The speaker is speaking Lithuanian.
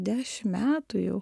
dešim metų jau